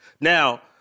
Now